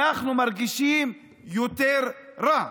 אנחנו מרגישים יותר רע.